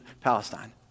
Palestine